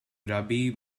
rabbi